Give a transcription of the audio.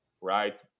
right